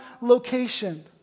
location